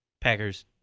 Packers